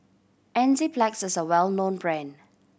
Enzyplex is a well known brand